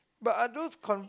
but are those con~